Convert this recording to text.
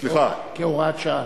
סליחה, כהוראת שעה.